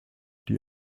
die